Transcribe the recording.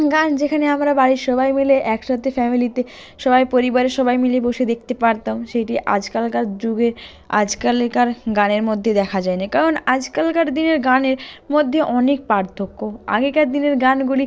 গান যেখানে আমরা বাড়ির সবাই মিলে একসাতে ফ্যামেলিতে সবাই পরিবারের সবাই মিলে বসে দেখতে পারতাম সেইটি আজকালকার যুগে আজকালেকার গানের মধ্যে দেখা যায় না কারণ আজকালকার দিনের গানের মধ্যে অনেক পার্থক্য আগেকার দিনের গানগুলি